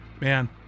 man